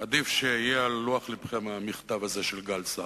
עדיף שיהיה על לוח לבכם המכתב הזה, של גל סער.